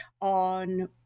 on